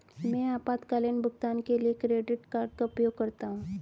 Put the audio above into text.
मैं आपातकालीन भुगतान के लिए क्रेडिट कार्ड का उपयोग करता हूं